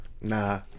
Nah